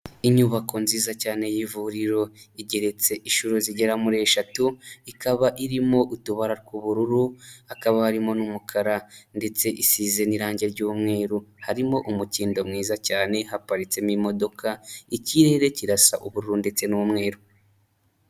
Inyubako nziza cyane y'ivuriro, igeretse inshuro zigera muri eshatu, ikaba irimo utubara tw'ubururu, hakaba harimo n'umukara, ndetse isize n'irangi ry'umweru. Harimo umukindo mwiza cyane haparitsemo imodoka, ikirere kirasa ubururu ndetse n'umweru.